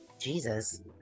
Jesus